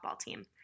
team